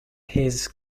his